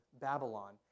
Babylon